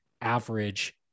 average